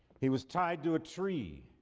he was tied to a tree